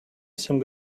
some